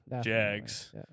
Jags